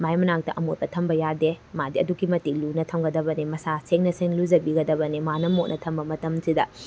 ꯃꯥꯏ ꯃꯅꯥꯛꯇ ꯑꯃꯣꯠꯄ ꯊꯝꯕ ꯌꯥꯗꯦ ꯃꯥꯗꯤ ꯑꯗꯨꯛꯀꯤ ꯃꯇꯤꯛ ꯂꯨꯅ ꯊꯝꯒꯗꯕꯅꯤ ꯃꯁꯥ ꯁꯦꯡꯅ ꯁꯦꯡꯅ ꯂꯨꯖꯕꯤꯒꯗꯕꯅꯤ ꯃꯥꯅ ꯃꯣꯠꯅ ꯊꯝꯕ ꯃꯇꯝꯁꯤꯗ